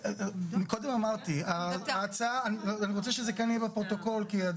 הדברים נאמרו.